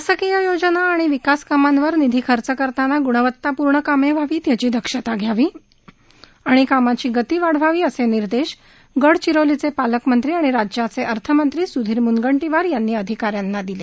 शासकीय योजना आणि विकास कामांवर निधी खर्च करताना ग्णवत्तापूर्ण कामे व्हावीत याची दक्षता घ्यावी आणि कामाची गती वाढवावी असे निर्देश गडचिरोलीचे पालकमंत्री आणि राज्याचे अर्थ मंत्री सुधीर मुनगंटीवार यांनी अधिकाऱ्यांना दिले